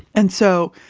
and so,